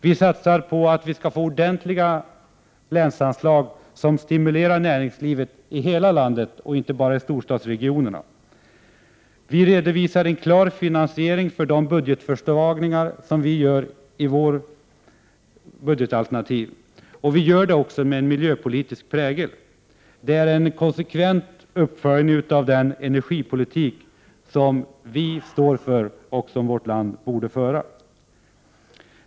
Vi satsar på ordentliga länsanslag, som stimulerar näringslivet i hela landet och inte bara i storstadsregionerna. Vi redovisar en klar finansiering för de budgetförsvagningar som vi gör i vårt budgetalternativ. Vi gör detta också med en miljöpolitisk prägel. Det är en konsekvent uppföljning av den energipolitik som vi står för och som vårt land borde föra.